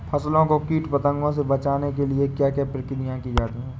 फसलों को कीट पतंगों से बचाने के लिए क्या क्या प्रकिर्या की जाती है?